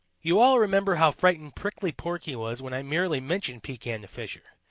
you all remember how frightened prickly porky was when i merely mentioned pekan the fisher.